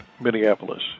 Minneapolis